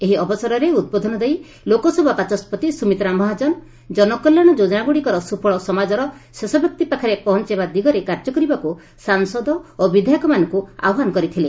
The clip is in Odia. ଏହି ଅବସରରେ ଉଦ୍ବୋଧନ ଦେଇ ଲୋକସଭା ବାଚସ୍କତି ସୁମିତ୍ରା ମହାଜନ ଜନକଲ୍ୟାଣ ଯୋକନାଗୁଡ଼ିକର ସୁଫଳ ସମାଜର ଶେଷ ବ୍ୟକ୍ତି ପାଖରେ ପହଞ୍ଚାଇବା ଦିଗରେ କାର୍ଯ୍ୟ କରିବାକୁ ସାଂସଦ ଓ ବିଧାୟକମାନଙ୍କୁ ଆହ୍ୱାନ କରିଥିଲେ